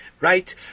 Right